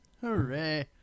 Hooray